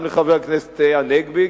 גם לחבר הכנסת הנגבי,